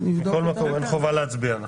מכל מקום אין חובה להצביע.